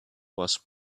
was